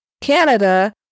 Canada